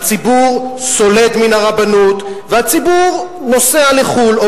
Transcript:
הציבור סולד מן הרבנות והציבור נוסע לחוץ-לארץ.